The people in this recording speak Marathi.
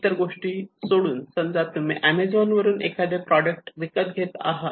इतर गोष्टी सोडून समजा तुम्ही एमेझॉन वरून एखादे प्रॉडक्ट विकत घेत आहात